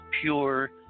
pure